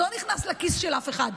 זה לא נכנס לכיס של אף אחד,